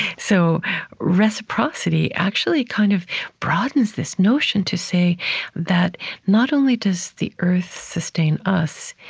so reciprocity actually kind of broadens this notion to say that not only does the earth sustain us,